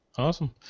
Awesome